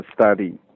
study